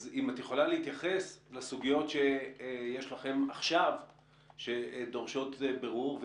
אז אם את יכולה להתייחס לסוגיות שיש לכם עכשיו שדורשות בירור.